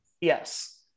Yes